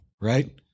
right